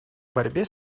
борьбе